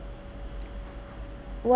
what